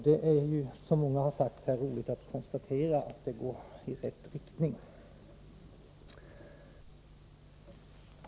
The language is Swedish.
Det är, som många här har sagt, roligt att konstatera att det går i rätt riktning.